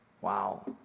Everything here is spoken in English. Wow